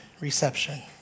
reception